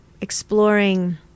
exploring